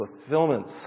fulfillments